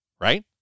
Right